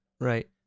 Right